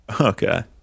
Okay